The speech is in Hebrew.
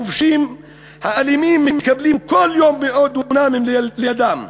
הכובשים האלימים מקבלים כל יום מאות דונמים לידם.